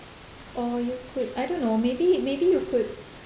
or you could I don't know maybe maybe you could